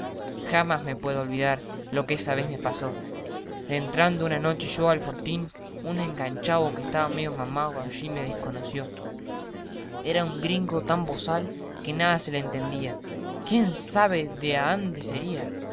jamás me puedo olvidar lo que esa vez me pasó dentrando una noche yo al fortín un enganchao que estaba medio mamao allí me desconoció era un gringo tan bozal que nada se le entendía quién sabe de ande sería